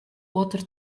water